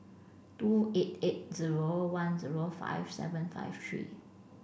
two eight eight zero one zero five seven five three